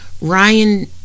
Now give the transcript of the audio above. ryan